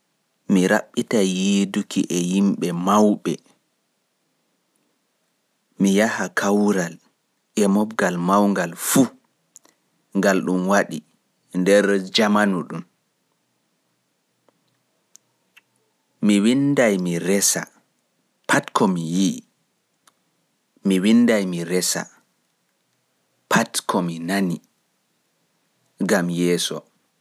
Mi raɓɓitai yiiduki e yimɓe mauɓe, mi yaha kaural e mobgal maungal fu ngal ɗun waɗi nder jamanu ɗun. Mi windai mi resa pat komi yi'I, ko mi nani e ko mi ekkiti gam yeeso.